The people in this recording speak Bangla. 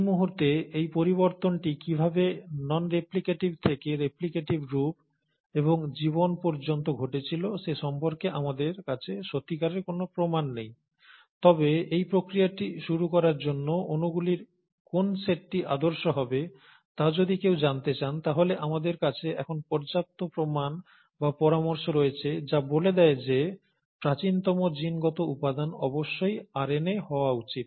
এই মুহুর্তে এই পরিবর্তনটি কিভাবে নন রেপ্লিকেটিভ থেকে রেপ্লিকেটিভ রূপ এবং জীবন পর্যন্ত ঘটেছিল সে সম্পর্কে আমাদের কাছে সত্যিকারের কোন প্রমাণ নেই তবে এই প্রক্রিয়াটি শুরু করার জন্য অণুগুলির কোন সেটটি আদর্শ হবে তা যদি কেউ জানতে চান তাহলে আমাদের কাছে এখন পর্যাপ্ত প্রমাণ বা পরামর্শ রয়েছে যা বলে দেয় যে প্রাচীনতম জিনগত উপাদান অবশ্যই আরএনএ হওয়া উচিত